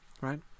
right